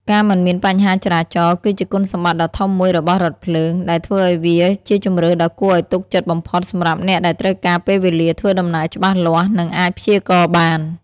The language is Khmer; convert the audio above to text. ការមិនមានបញ្ហាចរាចរណ៍ គឺជាគុណសម្បត្តិដ៏ធំមួយរបស់រថភ្លើង ដែលធ្វើឱ្យវាជាជម្រើសដ៏គួរឱ្យទុកចិត្តបំផុតសម្រាប់អ្នកដែលត្រូវការពេលវេលាធ្វើដំណើរច្បាស់លាស់ និងអាចព្យាករណ៍បាន។